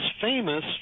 famous